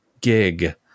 gig